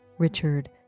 Richard